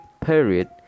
period